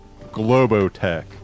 Globotech